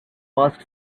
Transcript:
first